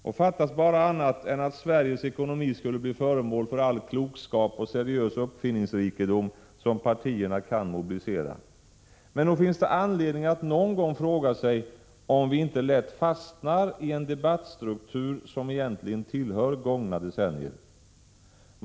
Och fattas bara annat än att Sveriges ekonomi skulle bli föremål för all klokskap och seriös uppfinningsrikedom som partierna kan mobilisera. Men nog finns det anledning att någon gång fråga sig om vi inte lätt fastnar i en debattstruktur som egentligen tillhör gångna decennier.